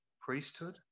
priesthood